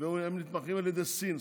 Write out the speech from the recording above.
והם נתמכים על ידי סין.